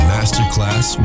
Masterclass